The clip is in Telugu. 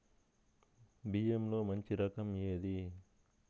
బియ్యంలో మంచి రకం ఏది?